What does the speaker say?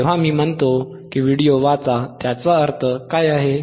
जेव्हा मी म्हणतो की हा व्हिडिओ वाचा त्याचा अर्थ काय आहे